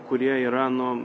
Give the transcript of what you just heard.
kurie yra nu